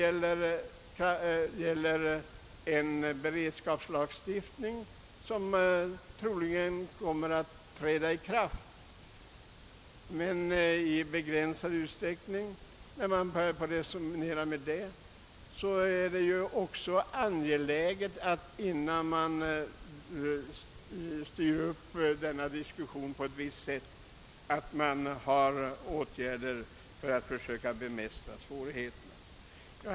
Vad beträffar den beredskapslagstiftning som troligen kommer att träda i kraft i begränsad utsträckning, är det angeläget, att man, innan man inriktar diskussionen på ett visst sätt, vidtar åtgärder för att bemästra svårigheterna.